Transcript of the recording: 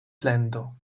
plendo